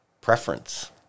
preference